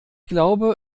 glaube